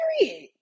Period